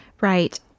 Right